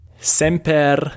Semper